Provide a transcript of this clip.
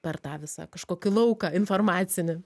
per tą visą kažkokį lauką informacinį